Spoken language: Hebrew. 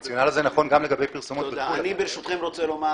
ברשותכם, אני רוצה לומר